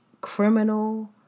criminal